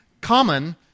common